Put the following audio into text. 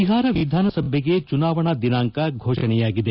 ಬಿಹಾರ ವಿಧಾನಸಭೆಗೆ ಚುನಾವಣಾ ದಿನಾಂಕ ಘೋಷಣೆಯಾಗಿದೆ